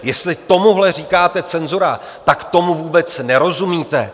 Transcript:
Jestli tomuhle říkáte cenzura, tak tomu vůbec nerozumíte.